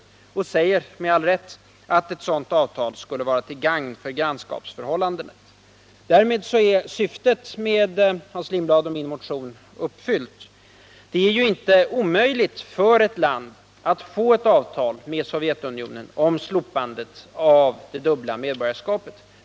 Utskottet säger vidare — med all rätt — att ett sådant avtal skulle vara till gagn för grannskapsförhållandet. Därmed är syftet med Hans Lindblads och min motion tillgodosett. Det är inte omöjligt för ett land att få ett avtal med Sovjetunionen om slopande av det dubbla medborgarskapet.